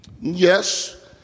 Yes